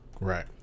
Right